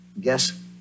Guess